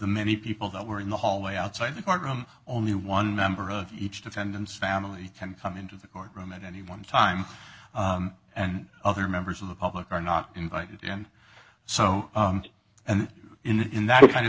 many people that we're in the hallway outside the courtroom only one member of each defendant's family can come into the courtroom at any one time and other members of the public are not invited and so and in that kind of